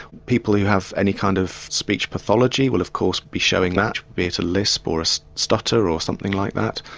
people who have any kind of speech pathology will of course be showing that, be it a lisp or a so stutter or something like that.